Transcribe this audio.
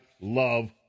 love